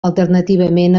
alternativament